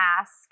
ask